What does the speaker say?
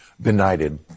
benighted